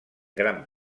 gran